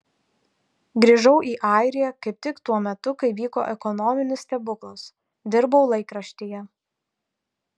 grįžau į airiją kaip tik tuo metu kai vyko ekonominis stebuklas dirbau laikraštyje